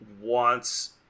wants